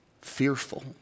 fearful